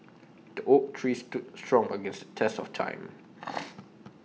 the oak tree stood strong against the test of time